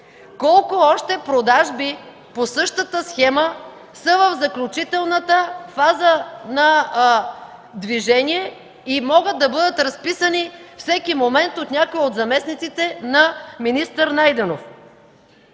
Колко още продажби по същата схема са в заключителната фаза на движение и могат да бъдат разписани всеки момент от някой от заместниците на министър Найденов?